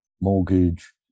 mortgage